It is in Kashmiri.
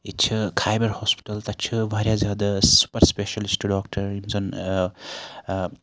ییٚتہِ چھِ خایبَر ہوسپِٹَل تَتہِ چھِ واریاہ زیادٕ سوٗپَر سپیشَلِسٹ ڈاکٹَر یِم زَن